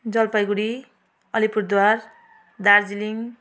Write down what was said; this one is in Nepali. जलपाइगुडी अलिपुरद्वार दार्जिलिङ